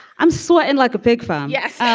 i'm sweating like a pig farm. yes. so